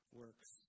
works